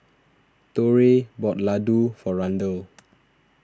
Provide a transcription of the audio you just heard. Torey bought Ladoo for Randel